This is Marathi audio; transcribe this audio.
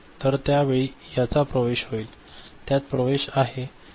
तर त्या वेळी याचा प्रवेश होईल त्यात प्रवेश आहे